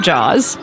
Jaws